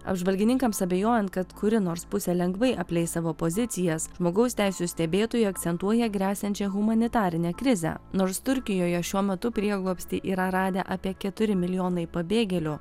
apžvalgininkams abejojant kad kuri nors pusė lengvai apleis savo pozicijas žmogaus teisių stebėtojai akcentuoja gresiančią humanitarinę krizę nors turkijoje šiuo metu prieglobstį yra radę apie keturi milijonai pabėgėlių